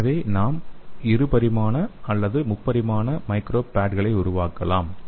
எனவே நாம் இரு பரிமாண அல்லது முப்பரிமாண மைக்ரோ பேட்களை உருவாக்கலாம்